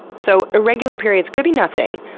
so irregular periods could be nothing,